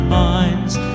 minds